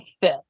fifth